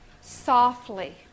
softly